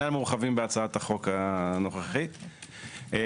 חובת דיווח של הקמעונאים הגדולים לגבי מלאי.